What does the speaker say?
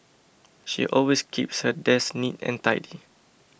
she always keeps her desk neat and tidy